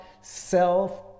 self